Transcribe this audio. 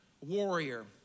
warrior